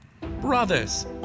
Brothers